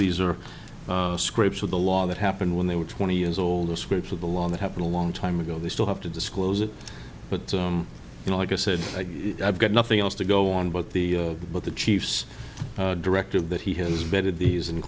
these are scrapes with the law that happened when they were twenty years old or scripts of the law that happened a long time ago they still have to disclose it but you know like i said i've got nothing else to go on but the but the chief's directive that he has